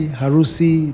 harusi